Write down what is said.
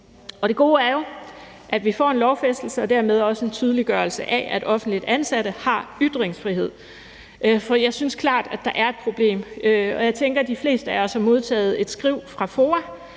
Det gode er jo, at vi får en lovfæstelse og dermed også en tydeliggørelse af, at offentligt ansatte har ytringsfrihed. For jeg synes klart, at der er et problem, og jeg tænker, at de fleste af os har modtaget et skriv fra FOA